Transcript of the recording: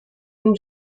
une